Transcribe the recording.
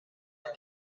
même